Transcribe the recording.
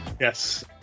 Yes